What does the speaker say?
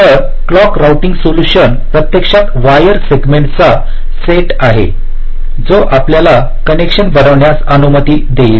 तर clock routing solution प्रत्यक्षात wire segments चा सेट आहे जो आपल्याला कनेक्शन बनविण्यास अनुमती देईल